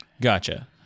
Gotcha